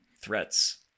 threats